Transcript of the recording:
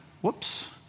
whoops